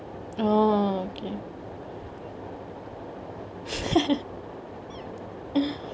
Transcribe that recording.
orh